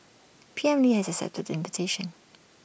P M lee has accepted the invitation